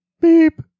Beep